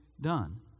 done